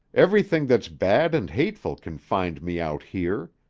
everything that's bad and hateful can find me out here.